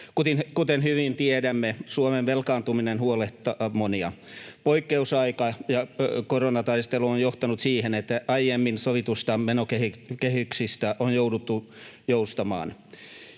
Kuten hyvin tiedämme, Suomen velkaantuminen huolettaa monia. Poikkeusaika ja koronataistelu ovat johtaneet siihen, että aiemmin sovituista menokehyksistä on jouduttu joustamaan.